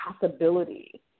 possibility